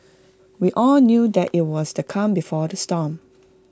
we all knew that IT was the calm before the storm